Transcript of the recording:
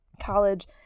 college